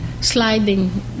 sliding